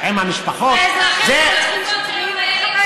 ואזרח שרוצח שוטרים?